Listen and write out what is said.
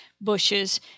bushes